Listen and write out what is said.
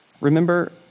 Remember